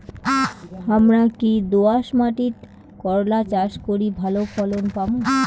হামরা কি দোয়াস মাতিট করলা চাষ করি ভালো ফলন পামু?